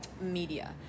media